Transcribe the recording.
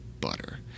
butter